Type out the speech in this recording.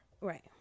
Right